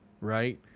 right